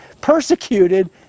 persecuted